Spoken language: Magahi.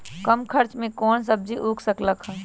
कम खर्च मे कौन सब्जी उग सकल ह?